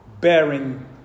bearing